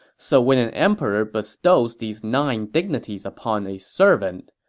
so when an emperor bestows these nine dignities upon a servant,